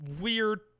weird